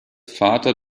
vater